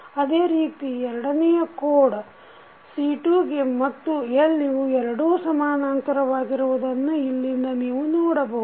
ಅದೇ ರೀತಿ ಎರಡನೆಯ ಕೋಡ್ C2 ಗೆ ಮತ್ತು L ಇವು ಎರಡೂ ಸಮಾನಾಂತರವಾಗಿರುವುದನ್ನು ಇಲ್ಲಿಂದ ನೀವು ನೋಡಬಹುದು